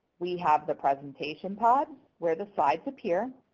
we have the presentation pod where the slides appear.